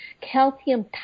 calcium